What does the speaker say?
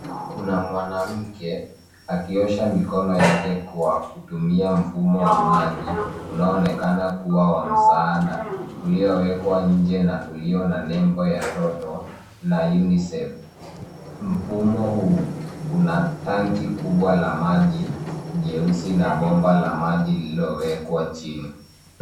Kuna mwanamke akiosha mikono yake kwa kutumia mfumo wa maji unaonekana kuwa wa msaada uliowekwa nje na ulio na nembo ya toto na unicef. Mfumo huu unatanki kubwa la maji jeusi na bomba la maji lililowekwa chini.